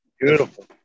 Beautiful